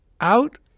out